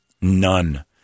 None